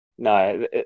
No